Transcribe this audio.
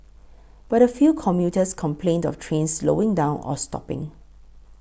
but a few commuters complained of trains slowing down or stopping